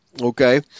Okay